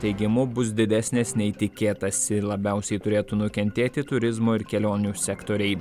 teigimu bus didesnės nei tikėtasi labiausiai turėtų nukentėti turizmo ir kelionių sektoriai